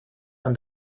and